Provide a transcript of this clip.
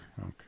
Okay